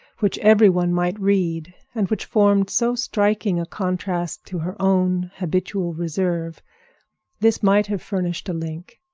which every one might read, and which formed so striking a contrast to her own habitual reserve this might have furnished a link.